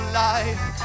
life